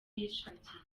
yishakiye